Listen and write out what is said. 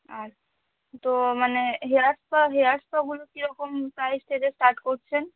আচ্ছা তো মানে হেয়ার স্পা হেয়ার স্পাগুলো কীরকম প্রাইস থেকে স্টার্ট করছেন